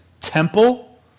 temple